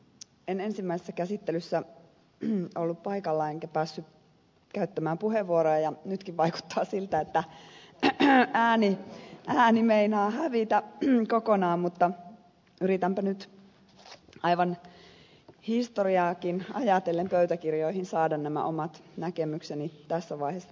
en ensimmäisessä käsittelyssä ollut paikalla enkä päässyt käyttämään puheenvuoroa ja nytkin vaikuttaa siltä että ääni meinaa hävitä kokonaan mutta yritänpä nyt aivan historiaakin ajatellen pöytäkirjoihin saada nämä omat näkemykseni tässä vaiheessa tätä asiaa sanottua